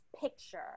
picture